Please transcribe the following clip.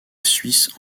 suisse